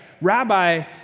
Rabbi